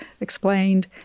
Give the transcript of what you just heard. explained